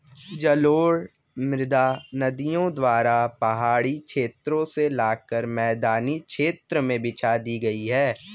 जलोढ़ मृदा नदियों द्वारा पहाड़ी क्षेत्रो से लाकर मैदानी क्षेत्र में बिछा दी गयी है